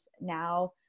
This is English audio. now